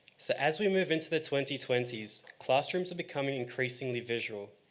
so as we move into the twenty twenty s classrooms are becoming increasingly visual.